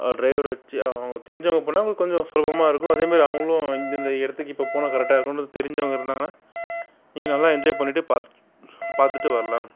driver வச்சு தெரிஞ்சவங்க போனால் உங்களுக்கு கொஞ்சம் சுலபமாக இருக்கும் அதே மாதிரி அவங்களும் இந்த இந்த இடத்துக்கு இப்போ போனால் கரேட்டாக இருக்குனு தெரிஞ்சவங்க இருந்தாங்கனால் நீங்கள் நல்லா என்ஜாய் பண்ணிவிட்டு பார்த்து பார்த்துட்டு வரலாம்